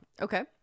Okay